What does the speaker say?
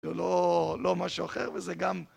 זה לא משהו אחר וזה גם...